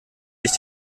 sich